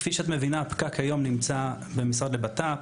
כפי שאת מבינה, הפקק היום נמצא במשרד לבט"פ.